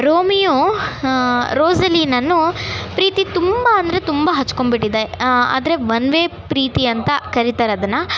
Romeo ರೋಸಲೀನನ್ನು ಪ್ರೀತಿ ತುಂಬ ಅಂದರೆ ತುಂಬ ಹಚ್ಕೊಂಡ್ಬಿಟ್ಟಿದ್ದ ಆದರೆ ಒನ್ ವೇ ಪ್ರೀತಿ ಅಂತ ಕರಿತಾರೆ ಅದನ್ನು